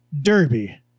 Derby